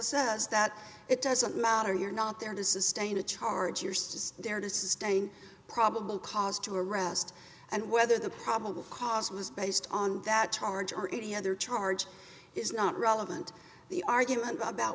says that it doesn't matter you're not there to sustain a charge your system there to sustain probable cause to arrest and whether the probable cause was based on that charge or any other charge is not relevant the argument about